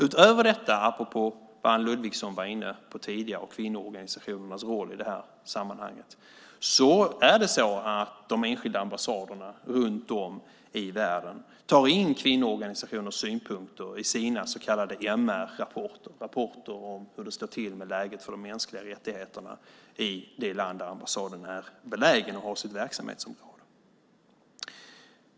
Utöver detta - Anne Ludvigsson var tidigare inne på kvinnoorganisationernas roll i det här sammanhanget - tar de enskilda ambassaderna runt om i världen in kvinnoorganisationers synpunkter i sina så kallade MR-rapporter, rapporter om hur det står till med läget för de mänskliga rättigheterna i det land där ambassaden är belägen och har sitt verksamhetsområde.